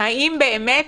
האם באמת